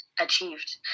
Achieved